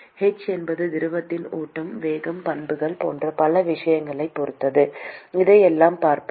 h என்பது திரவத்தின் ஓட்டம் வேகம் பண்புகள் போன்ற பல விஷயங்களைப் பொறுத்தது அதையெல்லாம் பார்ப்போம்